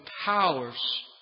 powers